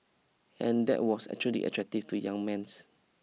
and that was actually attractive to young men